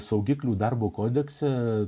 saugiklių darbo kodekse